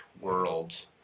world